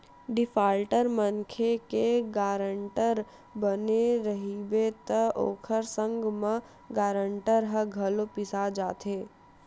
defaulter मनखे के guarantor बने रहिबे त ओखर संग म गारंटर ह घलो पिसा जाथे